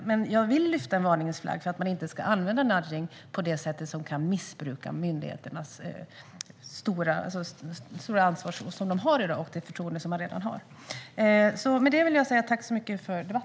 Jag vill framför allt hissa en varningens flagg när det gäller att man inte ska använda nudging på det sätt som kan missbruka det stora ansvar och förtroende som myndigheterna har och åtnjuter i dag.